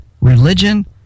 Religion